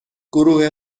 گروه